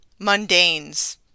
mundanes